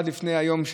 עד היום,